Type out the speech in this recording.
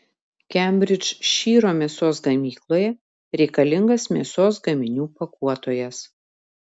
kembridžšyro mėsos gamykloje reikalingas mėsos gaminių pakuotojas